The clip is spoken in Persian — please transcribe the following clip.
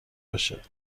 باشه